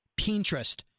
Pinterest